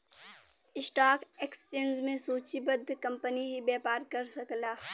stock exchange में सूचीबद्ध company ही व्यापार कर सकला